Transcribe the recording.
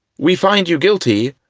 we find you guilty,